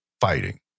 fighting